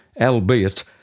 albeit